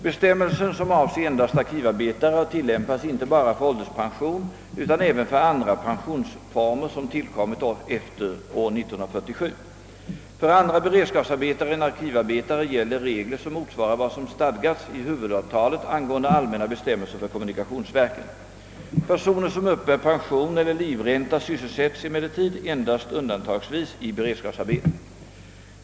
Bestämmelsen, som avser endast arkivarbetare, har tillämpats inte bara för ålderspension utan även för andra pensionsformer som tillkommit efter år 1947. För andra beredskapsarbetare än arkivarbetare gäller regler som motsvarar vad som stadgats i huvudavtalet angående allmänna bestämmelser för kommunikationsverken. Personer som uppbär pension eller livränta sysselsätts emellertid endast undantagsvis i beredskapsarbete.